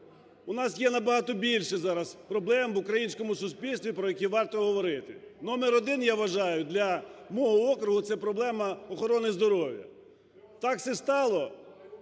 у нас є набагато більше зараз проблем в українському суспільстві, про які варто говорити. Номер один, я вважаю, для мого округу, це проблема охорони здоров'я. Так це стало,